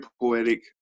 poetic